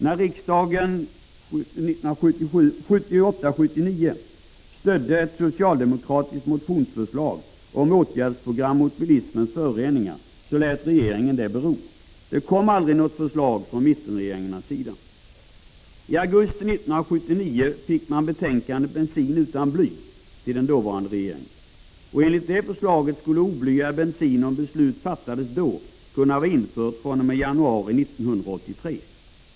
När riksdagen 1978/79 stödde ett socialdemokratiskt motionsförslag om ett åtgärdsprogram mot bilismens föroreningar lät regeringen detta bero. Det kom aldrig något förslag från mittenregeringarnas sida. I augusti 1979 överlämnades betänkandet Bensin utan bly till den dåvarande regeringen. Enligt förslaget skulle oblyad bensin, om beslut fattades då, kunna vara införd fr.o.m. januari 1983.